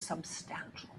substantial